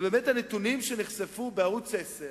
ובאמת, הנתונים שנחשפו בערוץ-10,